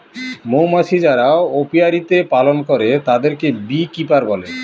মৌমাছি যারা অপিয়ারীতে পালন করে তাদেরকে বী কিপার বলে